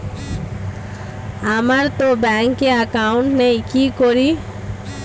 আমারতো ব্যাংকে একাউন্ট নেই কি করি?